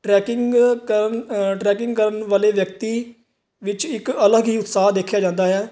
trekking ਕਰਨ trekking ਕਰਨ ਵਾਲੇ ਵਿਅਕਤੀ ਵਿੱਚ ਇੱਕ ਅਲੱਗ ਹੀ ਉਤਸ਼ਾਹ ਦੇਖਿਆ ਜਾਂਦਾ ਹੈ